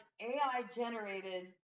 AI-generated